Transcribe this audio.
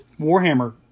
Warhammer